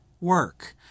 Work